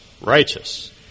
righteous